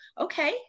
okay